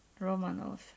Romanov